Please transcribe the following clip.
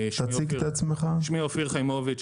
שמי אופיר חיימוביץ,